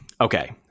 Okay